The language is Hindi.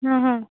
हाँ हाँ